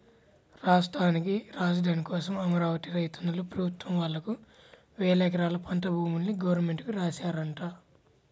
రాష్ట్రానికి రాజధాని కోసం అమరావతి రైతన్నలు ప్రభుత్వం వాళ్ళకి వేలెకరాల పంట భూముల్ని గవర్నమెంట్ కి రాశారంట